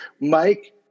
mike